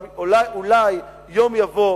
אולי יום יבוא